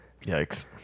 Yikes